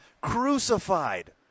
crucified